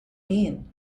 mean